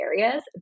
areas